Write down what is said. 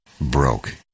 broke